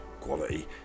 quality